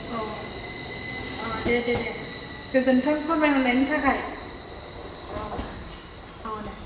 औ औ दे दे दे गोजोन्थों फोरमायहरनायनि थाखाय औ औ दे